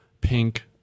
pink